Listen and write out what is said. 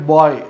Boy